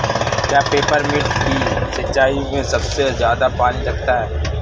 क्या पेपरमिंट की सिंचाई में सबसे ज्यादा पानी लगता है?